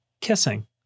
kissing